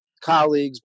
colleagues